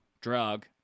drug